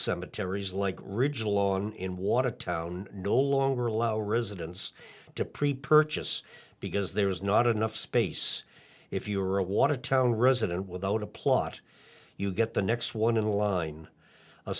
cemeteries like regional on in watertown no longer allow residents to pre purchase because there is not enough space if you are a watertown resident without a plot you get the next one in line a